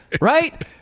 right